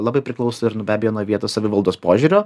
labai priklauso ir nu be abejo nuo vietos savivaldos požiūrio